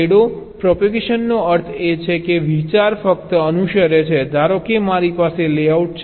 shadow પ્રોપેગેશનનો અર્થ એ છે કે વિચાર ફક્ત અનુસરે છે ધારો કે મારી પાસે લેઆઉટ છે